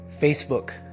Facebook